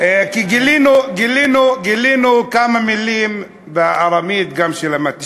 גילינו כמה מילים בארמית, גם, שלמדתי.